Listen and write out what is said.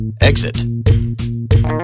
Exit